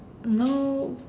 no